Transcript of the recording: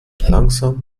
langsam